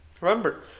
Remember